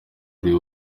ari